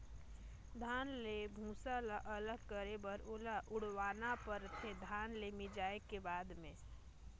धान ले भूसा ल अलग करे बर ओला उड़वाना परथे धान के मिंजाए के बाद म